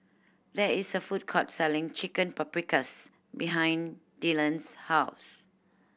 there is a food court selling Chicken Paprikas behind Dylon's house